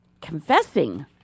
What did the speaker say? confessing